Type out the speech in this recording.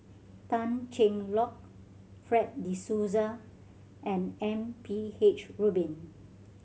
Tan Cheng Lock Fred De Souza and M P H Rubin